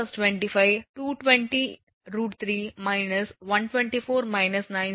97 2 0